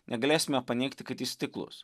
negalėsime paneigti kad jis tiklus